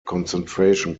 concentration